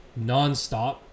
nonstop